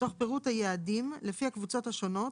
תוך פירוט היעדים לפי הקבוצות השונות